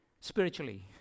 spiritually